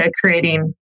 creating